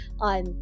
on